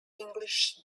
english